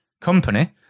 company